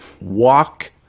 walk